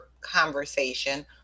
conversation